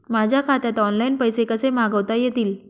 माझ्या खात्यात ऑनलाइन पैसे कसे मागवता येतील?